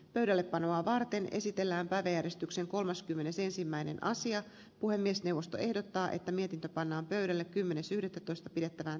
pöydällepanoa varten esitellään päiväjärjestyksen kolmaskymmenesensimmäinen asia puhemiesneuvosto ehdottaa että mietintö pannaan pöydälle kymmenes yhdettätoista pidettävän